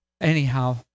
Anyhow